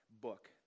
book